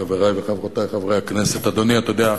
חברי וחברותי חברי הכנסת, אדוני, אתה יודע,